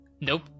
Nope